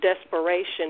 desperation